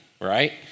right